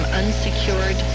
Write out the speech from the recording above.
unsecured